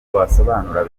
wasobanura